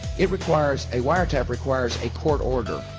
it requires, a wiretap requires a court order.